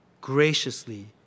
graciously